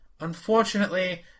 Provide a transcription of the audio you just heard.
Unfortunately